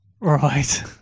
Right